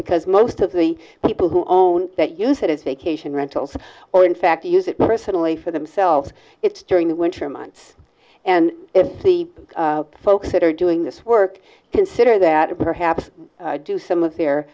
because most of the people who own that use it as a cation rentals or in fact use it personally for themselves it's during the winter months and if the folks that are doing this work consider that perhaps do some of their